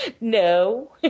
No